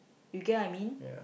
you get what I mean